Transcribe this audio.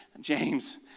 James